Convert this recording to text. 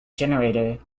generator